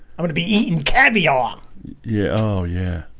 i'm gonna be eating caviar yeah, oh, yeah,